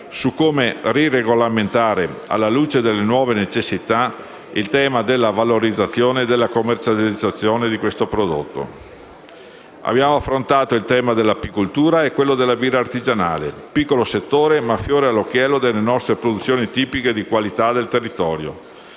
su come regolamentare, alla luce delle nuove necessità, il tema della valorizzazione e della commercializzazione di questo prodotto. Abbiamo affrontato il tema dell'apicoltura e quello della birra artigianale, un piccolo settore, ma fiore all'occhiello delle nostre produzioni tipiche di qualità del territorio.